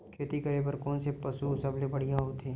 खेती करे बर कोन से पशु सबले बढ़िया होथे?